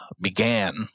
began